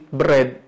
bread